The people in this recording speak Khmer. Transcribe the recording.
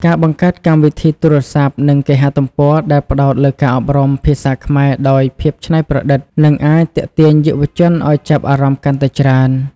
ការបង្កើតកម្មវិធីទូរស័ព្ទ និងគេហទំព័រដែលផ្តោតលើការអប់រំភាសាខ្មែរដោយភាពច្នៃប្រឌិត នឹងអាចទាក់ទាញយុវជនឱ្យចាប់អារម្មណ៍កាន់តែច្រើន។